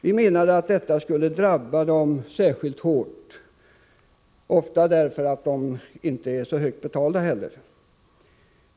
Vi menade att detta skulle drabba dem särskilt hårt — också därför att de inte är så högt betalda.